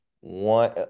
one